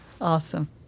Awesome